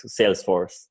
Salesforce